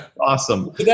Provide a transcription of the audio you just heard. Awesome